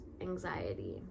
anxiety